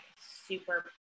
super